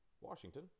Washington